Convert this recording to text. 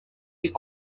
est